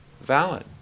Valid